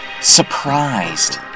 Surprised